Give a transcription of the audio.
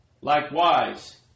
Likewise